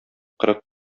кырык